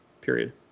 Period